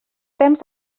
temps